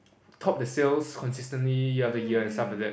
top the sales consistently year after year and stuff like that